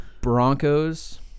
Broncos